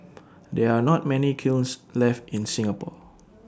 there are not many kilns left in Singapore